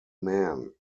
men